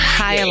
hi